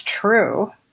true